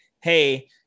hey